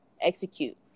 execute